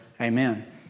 Amen